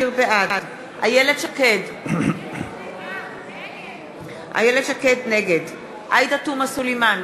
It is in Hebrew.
בעד איילת שקד, נגד עאידה תומא סלימאן,